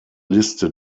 liste